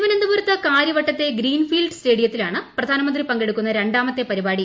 തിരുവനന്തപുരത്ത് കാര്യവട്ടത്തെ ഗ്രീൻഫീൽ സ്റ്റേഡിയത്തിലാണ് പ്രധാനമന്ത്രി പങ്കെടുക്കുന്ന രണ്ടാമത്തെ പരിപാടി